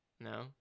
No